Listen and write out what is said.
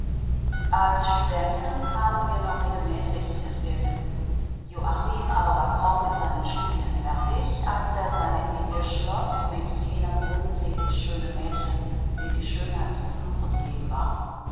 als studenten kamen wir noch regelmäßig zu den ferien joachim aber war kaum mit seinen studien fertig als er seine ehe schloß mit jenem unselig schönen mädchen dem die schönheit zum fluche gegeben war